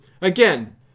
Again